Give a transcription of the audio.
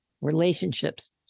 relationships